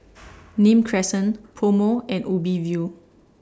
Nim Crescent Pomo and Ubi View